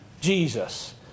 Jesus